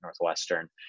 Northwestern